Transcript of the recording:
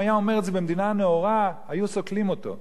היה אומר אותו במדינה נאורה היו סוקלים אותו,